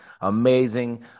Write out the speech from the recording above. Amazing